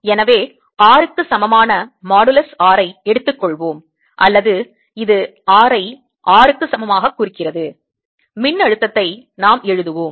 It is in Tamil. எனவே R க்கு சமமான மாடுலஸ் r ஐ எடுத்துக்கொள்வோம் அல்லது இது r ஐ R க்கு சமமாகக் குறிக்கிறது மின்னழுத்தத்தை நாம் எழுதுவோம்